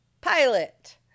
Pilot